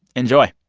enjoy